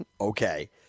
okay